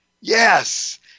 Yes